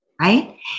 right